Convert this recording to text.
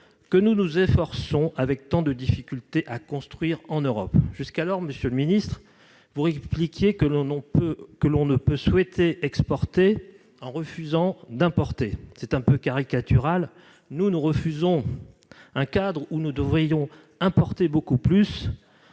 que nous nous efforçons avec tant de difficultés de construire en Europe. Jusqu'alors, monsieur le ministre, vous répliquiez que l'on ne peut pas souhaiter exporter en refusant d'importer. C'est un peu caricatural. Pour notre part, nous refusons un cadre où nous devrions importer beaucoup plus